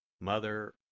Mother